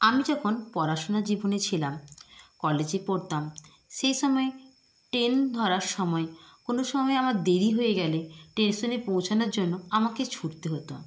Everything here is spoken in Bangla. আমি যখন পড়াশোনা জীবনে ছিলাম কলেজে পড়তাম সেই সময় ট্রেন ধরার সময় কোনও সময় আমার দেরি হয়ে গেলে স্টেশনে পৌঁছানোর জন্য আমাকে ছুটতে হতো